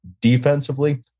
Defensively